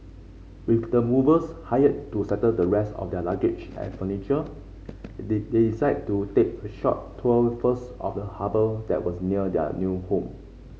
with the movers hired to settle the rest of their luggage and furniture the they decided to take a short tour first of the harbour that was near their new home